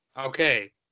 Okay